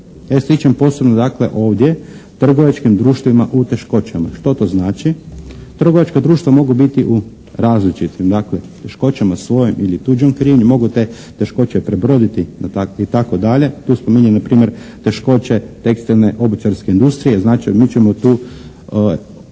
posebno dakle ovdje trgovačkim društvima u teškoćama. Što to znači? Trgovačka društva mogu biti u različitim dakle teškoćama svojom ili tuđom krivnjom. Mogu te teškoće prebroditi itd. Tu spominje na primjer teškoće tekstilne, obućarske industrije. Znači, mi ćemo tu